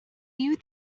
you